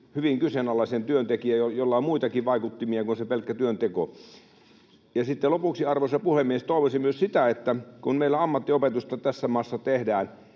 hyvin kyseenalaisen työntekijän, jolla on muitakin vaikuttimia kuin se pelkkä työnteko. Sitten lopuksi, arvoisa puhemies, toivoisin myös, että kun meillä ammattiopetusta tässä maassa tehdään,